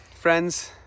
friends